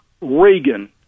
Reagan